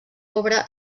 obra